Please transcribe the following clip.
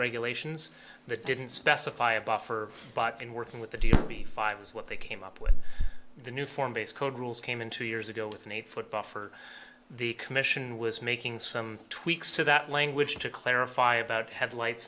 regulations that didn't specify a buffer but in working with the d p five as what they came up with the new form based code rules came in two years ago with an eight foot buffer the commission was making some tweaks to that language to clarify about headlights